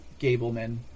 Gableman